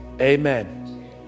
amen